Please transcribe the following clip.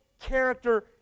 character